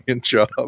job